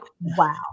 wow